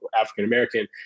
african-american